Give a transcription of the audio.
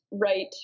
right